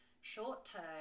short-term